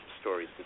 stories